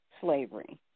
slavery